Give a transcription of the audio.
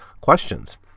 questions